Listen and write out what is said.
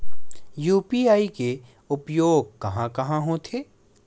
UPI के उपयोग कहां कहा होथे?